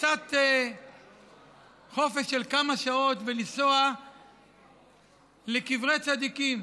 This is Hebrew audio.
קצת חופש של כמה שעות לנסוע לקברי צדיקים,